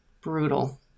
Brutal